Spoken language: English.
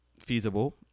feasible